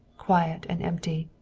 quiet and empty.